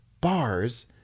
bars